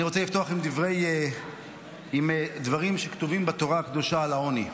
אני רוצה לפתוח בדברים שכתובים בתורה הקדושה על העוני.